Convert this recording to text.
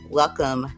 welcome